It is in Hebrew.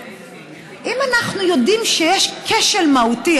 אני באה ואני אומרת: אם אנחנו יודעים שיש כשל מהותי,